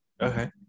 Okay